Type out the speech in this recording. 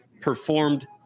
performed